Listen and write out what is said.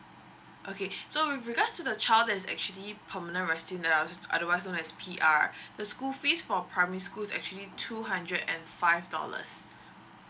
okay so with regards to the child that is actually permanent resident us otherwise short as P_R the school fees for primary school is actually two hundred and five dollars